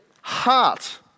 heart